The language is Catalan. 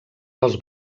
dels